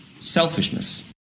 Selfishness